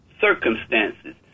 circumstances